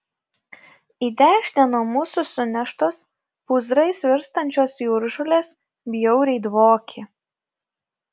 į dešinę nuo mūsų suneštos pūzrais virstančios jūržolės bjauriai dvokė